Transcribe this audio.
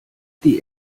die